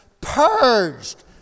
purged